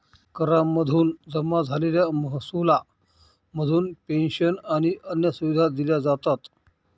करा मधून जमा झालेल्या महसुला मधून पेंशन आणि अन्य सुविधा दिल्या जातात